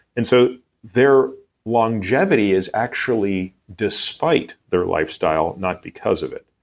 and so their longevity is actually despite their lifestyle, not because of it.